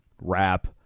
rap